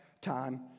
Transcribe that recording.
time